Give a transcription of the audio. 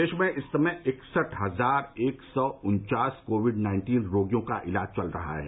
देश में इस समय इकसठ हजार एक सौ उन्चास कोविड नाइन्टीन रोगियों का इलाज चल रहा है